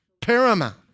Paramount